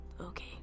okay